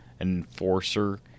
enforcer